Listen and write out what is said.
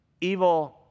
evil